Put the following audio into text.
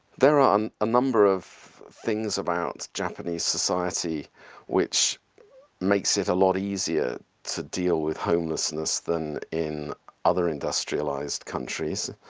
there are a number of things about japanese society which makes it a lot easier to deal with homelessness than in other industrialized countries.